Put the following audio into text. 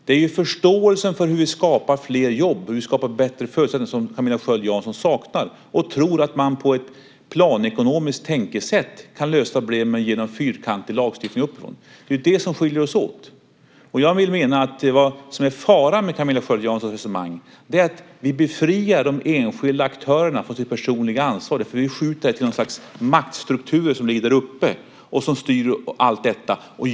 Det är förståelsen för hur vi skapar fler jobb och bättre förutsättningar som Camilla Sköld Jansson saknar. Hon tror att man med ett planekonomiskt tänkesätt kan lösa problemen genom en fyrkantig lagstiftning uppifrån. Det är det som skiljer oss åt. Jag menar att faran med Camilla Sköld Janssons resonemang är att vi befriar de enskilda aktörerna från sitt personliga ansvar därför att vi skjuter det till något slags maktstrukturer som ligger där uppe och styr allt detta.